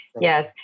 Yes